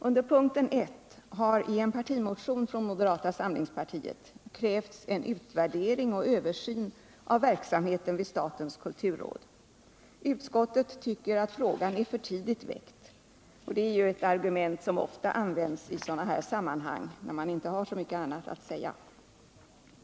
Under punkten 1 behandlas en partimotion från moderata samlingspartiet i vilken krävs en utvärdering och översyn av verksamheten vid statens kulturråd. Utskottet tycker att frågan är för tidigt väckt, och det är ju ett argument som ofta används i sådana här sammanhang, när man inte har så mycket annat att säga.